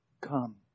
Come